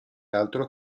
altro